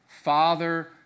father